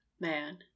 man